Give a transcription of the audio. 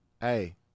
Hey